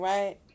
Right